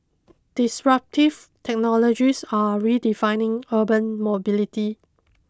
disruptive technologies are redefining urban mobility